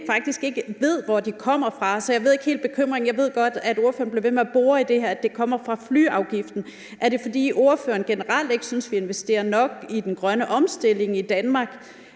faktisk ikke ved, hvor de kommer fra, så jeg ved ikke helt i forhold til den bekymring, ordføreren har. Jeg ved godt, at ordføreren bliver ved med at bore i det her med, at det kommer fra flyafgiften. Er det, fordi ordføreren generelt ikke synes, vi investerer nok i den grønne omstilling i Danmark?